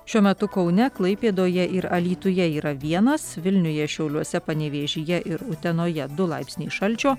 šiuo metu kaune klaipėdoje ir alytuje yra vienas vilniuje šiauliuose panevėžyje ir utenoje du laipsniai šalčio